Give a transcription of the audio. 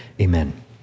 amen